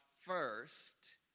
first